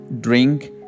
drink